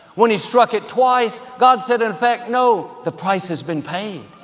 when he struck it twice, god said in effect, no, the price has been paid.